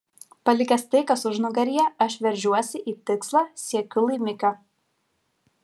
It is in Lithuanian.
palikęs tai kas užnugaryje aš veržiuosi į tikslą siekiu laimikio